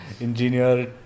engineer